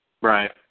Right